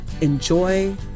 enjoy